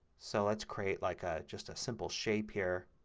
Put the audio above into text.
so let's create like ah just a simple shape here,